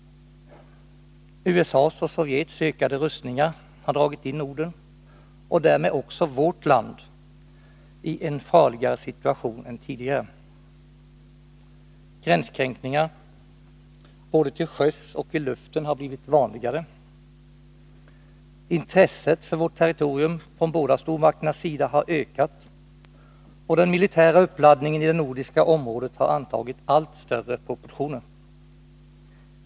USA:s och Sovjets ökade rustningar har dragit in Norden och därmed också vårt land i en farligare situation än tidigare. Gränskränkningar, både till sjöss och i luften, har blivit vanligare, intresset för vårt territorium från båda stormakternas sida har ökat, och den militära uppladdningen i det nordiska området har antagit allt större proportioner.